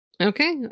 Okay